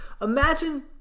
Imagine